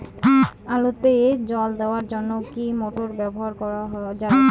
আলুতে জল দেওয়ার জন্য কি মোটর ব্যবহার করা যায়?